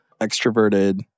extroverted